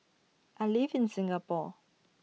I live in Singapore